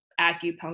acupuncture